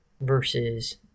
versus